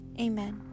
Amen